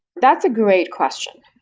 that's a great question,